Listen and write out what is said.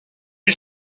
die